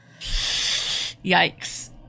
Yikes